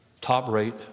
top-rate